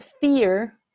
fear